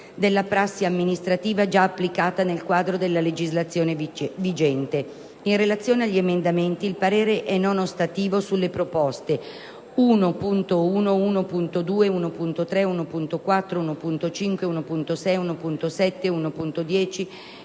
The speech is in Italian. della prassi amministrativa già applicata nel quadro della legislazione vigente. In relazione agli emendamenti il parere è non ostativo sulle proposte 1,1, 1.2, 1.3, 1.4, 1.5, 1.6, 1.7, 1.10